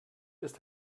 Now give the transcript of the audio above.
ist